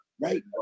right